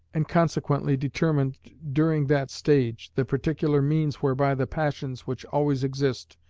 and consequently determined during that stage the particular means whereby the passions which always exist,